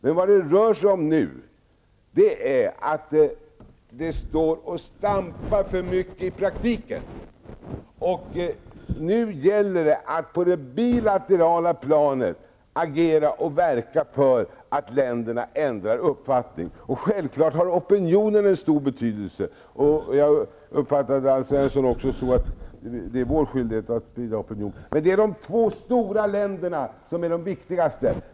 Men det hela står och stampar för mycket i praktiken. Nu gäller det att agera på det bilaterala planet och verka för att länderna ändrar uppfattning. Opinionen har självfallet stor betydelse. Jag uppfattade Alf Svensson så att det är vår skyldighet att bidra till opinionen. Det är emellertid de stora länderna som är viktigast.